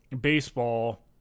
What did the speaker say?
baseball